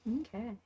okay